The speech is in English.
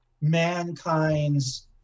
mankind's